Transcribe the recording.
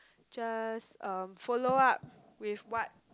just um follow up with what